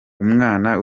umwana